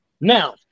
Now